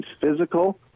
physical